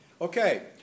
okay